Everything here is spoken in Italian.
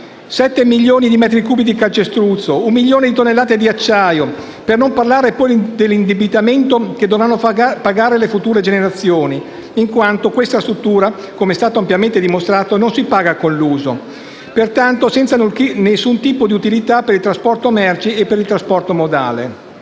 7 milioni di metri cubi di calcestruzzo e un milione di tonnellate di acciaio. Per non parlare poi dell'indebitamento che dovranno pagare le future generazioni, in quanto questa struttura, com'è stato ampiamente dimostrato, non si paga con l'uso, pertanto senza alcun tipo di utilità per il trasporto merci e per il trasferimento modale.